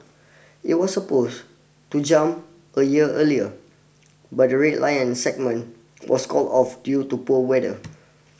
it was supposed to jump a year earlier but the Red Lion segment was called off due to poor weather